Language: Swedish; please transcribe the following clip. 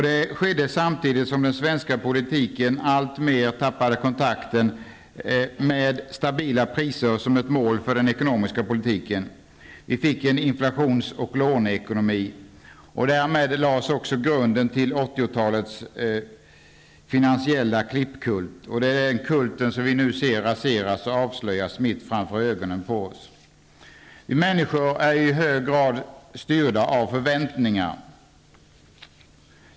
Det skedde samtidigt som den svenska politiken alltmer tappade kontakten med stabila priser som ett mål för den ekonomiska politiken. Vi fick en inflations och låneekonomi. Därmed lades grunden till 80-talets finansiella klipp-kult. Det är den kulten som vi nu ser raseras och avslöjas mitt framför ögonen på oss. Vi människor är i hög grad styrda av förväntningar.